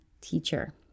teacher